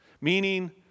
meaning